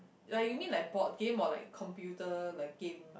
like you mean like board game or like computer like game